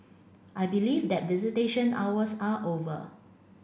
I believe that visitation hours are over